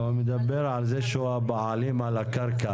הוא מדבר על זה שהוא הבעלים על הקרקע,